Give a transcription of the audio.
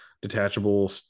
detachable